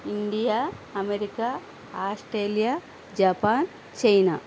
India America Australia Japan China